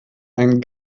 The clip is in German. einen